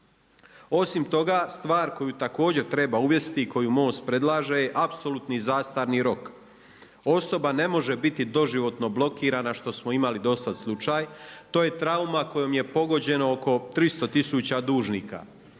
Osim toga, stvar koju također treba uvesti i koju MOST predlaže je apsolutni zastarni rok. Osoba ne može biti doživotno blokirana što smo imali do sada slučaj, to je trauma kojom je pogođeno oko 300 tisuća dužnika.